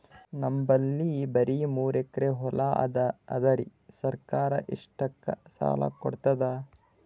ನಮ್ ಬಲ್ಲಿ ಬರಿ ಮೂರೆಕರಿ ಹೊಲಾ ಅದರಿ, ಸರ್ಕಾರ ಇಷ್ಟಕ್ಕ ಸಾಲಾ ಕೊಡತದಾ?